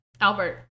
Albert